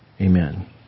Amen